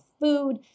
food